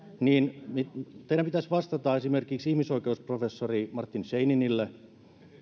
niin teidän pitäisi vastata esimerkiksi ihmisoikeusprofessori martin scheininille